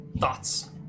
Thoughts